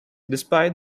despite